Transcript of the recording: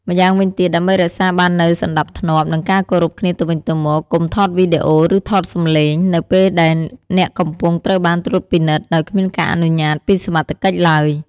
ម៉្យាងវិញទៀតដើម្បីរក្សាបាននូវសណ្តាប់ធ្នាប់ និងការគោរពគ្នាទៅវិញទៅមក កុំថតវីដេអូ ឬថតសំឡេង នៅពេលដែលអ្នកកំពុងត្រូវបានត្រួតពិនិត្យ ដោយគ្មានការអនុញ្ញាត ពីសមត្ថកិច្ចឡើយ។